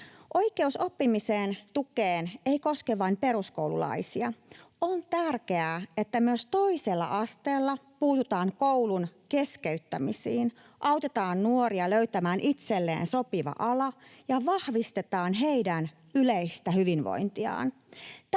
Oikeus oppimisen tukeen ei koske vain peruskoululaisia. On tärkeää, että myös toisella asteella puututaan koulun keskeyttämisiin, autetaan nuoria löytämään itselleen sopiva ala ja vahvistetaan heidän yleistä hyvinvointiaan.